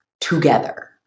together